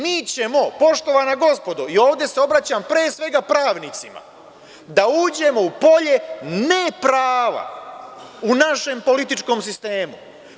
Mi ćemo, poštovana gospodo i ovde se obraćam pre svega pravnicima, da uđemo u polje ne prava u našem političkom sistemu.